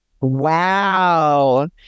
Wow